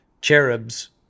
cherubs